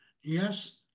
Yes